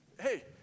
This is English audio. Hey